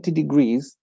degrees